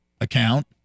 account